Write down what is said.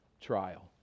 trial